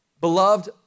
beloved